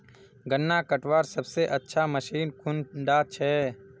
गन्ना कटवार सबसे अच्छा मशीन कुन डा छे?